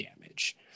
damage